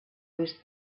was